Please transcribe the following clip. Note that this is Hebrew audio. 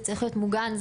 זה צריך להיות מוגן.